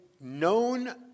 known